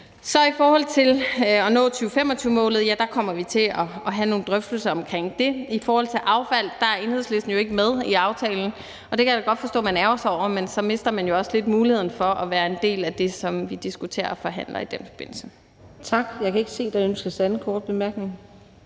af. I forhold til at nå 2025-målet kommer vi til at have nogle drøftelser. I forhold til affald er Enhedslisten jo ikke med i aftalen, og det kan jeg da godt forstå man ærgrer sig over, men så mister man jo også lidt muligheden for at være en del af det, som vi diskuterer og forhandler i den forbindelse. Kl. 17:51 Fjerde næstformand (Karina